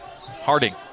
Harding